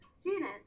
students